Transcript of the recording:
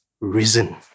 risen